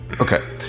Okay